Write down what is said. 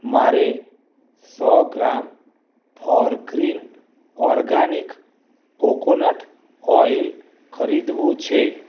મારે સો gram Forgreen organic coconut oil ખરીદવું છે